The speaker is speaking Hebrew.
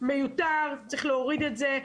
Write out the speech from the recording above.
זה מיותר, צריך להוריד את זה.